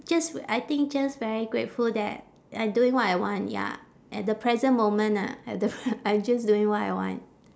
just I think just very grateful that I doing what I want ya at the present moment ah at the pre~ I just doing what I want